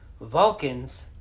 Vulcans